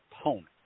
opponent